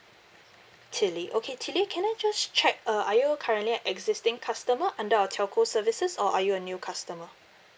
tilly okay tilly can I just check uh are you currently existing customer under our telco services or are you a new customer